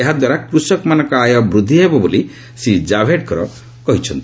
ଏହାଦ୍ୱାରା କୃଷକମାନଙ୍କ ଆୟ ବୃଦ୍ଧି ହେବ ବୋଲି ଶ୍ରୀ ଜାଭଡେକର କହିଛନ୍ତି